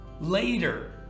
Later